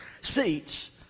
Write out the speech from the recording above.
seats